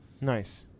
nice